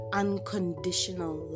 unconditional